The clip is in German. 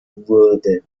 wurde